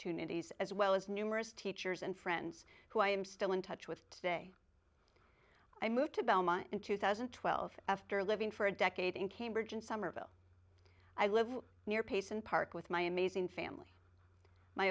nities as well as numerous teachers and friends who i am still in touch with today i moved to belmont in two thousand and twelve after living for a decade in cambridge and somerville i live near pace and park with my amazing family my